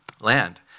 land